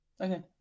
Okay